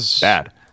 bad